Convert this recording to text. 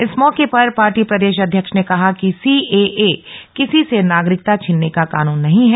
इस मौके पर पार्टी प्रदेश अध्यक्ष ने कहा कि सीएए किसी से नागरिकता छीनने का कानून नहीं है